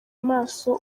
amaso